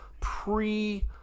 pre-